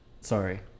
Sorry